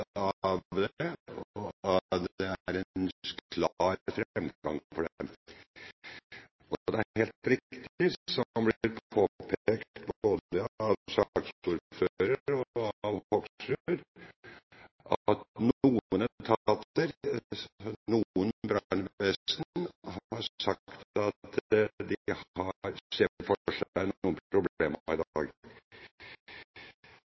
er en klar framgang for dem. Men det er helt riktig, som det er blitt påpekt både av saksordføreren og av Hoksrud, at noen etater, noen brannvesen, har sagt at de ser for seg noen problemer i dag.